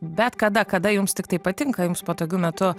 bet kada kada jums tiktai patinka jums patogiu metu